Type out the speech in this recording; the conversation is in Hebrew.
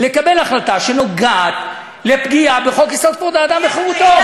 לקבל החלטה שנוגעת לפגיעה בחוק-יסוד: כבוד האדם וחירותו?